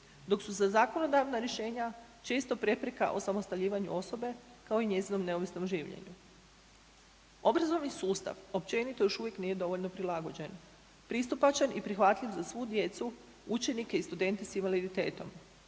dok su za zakonodavna rješenja često prepreka osamostaljivanju osobe kao i njezinom neovisnom življenju. Obrazovni sustav općenito još uvijek nije dovoljno prilagođen, pristupačan i prihvatljiv za svu djecu, učenike i studente s invaliditetom.